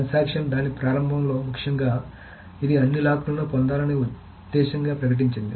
transaction దాని ప్రారంభంలో ముఖ్యంగా ఇది అన్ని లాక్ లను పొందాలనే ఉద్దేశ్యంగా ప్రకటించింది